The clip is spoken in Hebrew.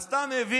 אז אתה מבין?